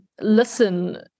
Listen